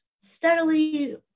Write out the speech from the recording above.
steadily